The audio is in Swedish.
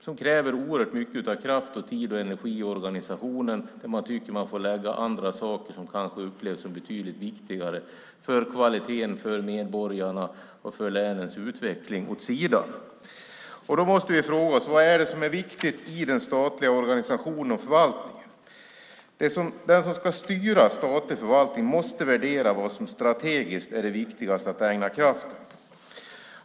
Det kräver oerhört mycket av kraft, tid och energi i organisationen, där man tycker att man får lägga andra uppgifter som kanske upplevs som betydligt viktigare för kvaliteten, för medborgarna och för länets utveckling åt sidan. Då måste vi fråga oss: Vad är det som är viktigt i den statliga organisationen och förvaltningen? Den som ska styra statlig förvaltning måste värdera vad som strategiskt är det viktigaste att ägna kraft åt.